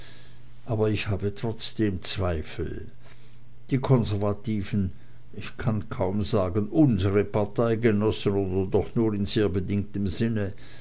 aber ich habe trotzdem zweifel die konservativen ich kann kaum sagen unsre parteigenossen oder doch nur in sehr bedingtem sinne